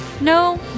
No